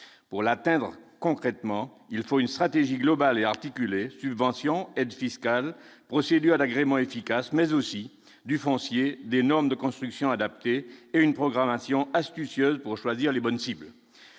pour l'atteindre, concrètement, il faut une stratégie globale et articulé subventions, aides fiscales procédure d'agrément efficace mais aussi du foncier des normes de construction adaptée et une programmation astucieuse pour choisir les bonnes cibles,